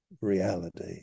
reality